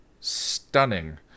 stunning